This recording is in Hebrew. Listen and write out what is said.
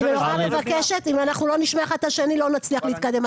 אם אנחנו לא נשמע אחד את השני לא נצליח להתקדם.